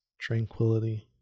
Tranquility